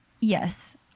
Yes